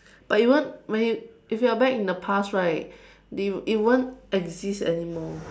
but you want but you if you're back in the past right the it won't exist anymore